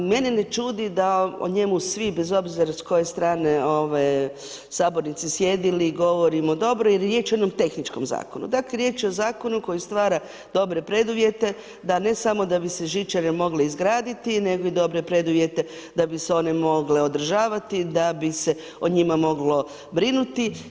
Mene ne čudi da o njemu svi, bez obzira s koje strane sabornice sjedili, govorimo dobro jer riječ je o jednom tehničkom zakonu, dakle riječ je o zakonu koji stvara dobre preduvjete da ne samo da bi se žičare mogle izgraditi, nego i dobre preduvjete da bi se one mogle održavati, da bi se o njima moglo brinuti.